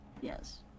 Yes